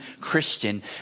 Christian